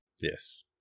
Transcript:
Yes